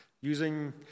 Using